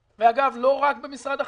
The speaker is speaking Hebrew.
ואגב לא רק במשרד החינוך.